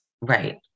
Right